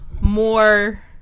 more